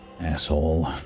...asshole